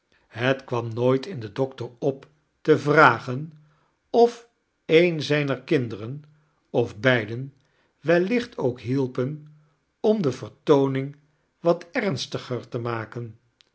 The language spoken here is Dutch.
het kwam niooit in den doctor op te vragen of een zijneir kindeiren of beiden wellicht ook hielpen oin de vertooning wat ernstdger te maken